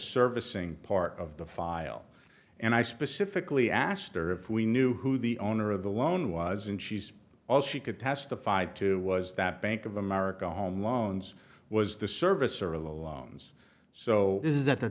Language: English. servicing part of the file and i specifically asked her if we knew who the owner of the loan was and she's all she could testify to was that bank of america home loans was the service or a loans so is that the